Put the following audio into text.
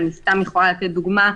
אני יכולה לתת דוגמה,